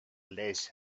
less